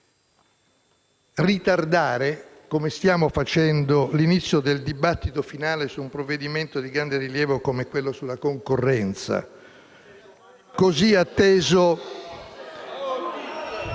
ritardare - come stiamo facendo - l'inizio del dibattito finale su un provvedimento di grande rilievo, come quello sulla concorrenza, così atteso...